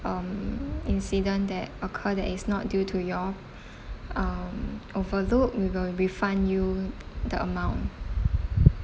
um incident that occur that is not due to your um overlook we will refund you the amount